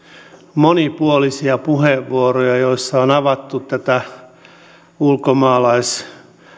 monipuolisia puheenvuoroja joissa on avattu tätä ulkomaalais